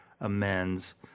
amends